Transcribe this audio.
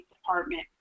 Department